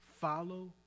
follow